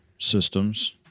systems